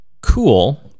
Cool